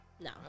no